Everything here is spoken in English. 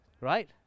right